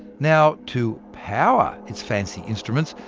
now, to power its fancy instruments,